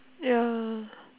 ya